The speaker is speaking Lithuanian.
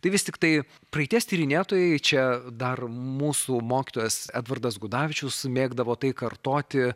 tai vis tiktai praeities tyrinėtojai čia dar mūsų mokytojas edvardas gudavičius mėgdavo tai kartoti